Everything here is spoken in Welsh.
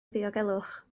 ddiogelwch